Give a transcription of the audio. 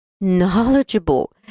knowledgeable